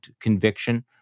conviction